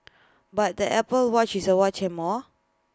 but the Apple watch is A watch and more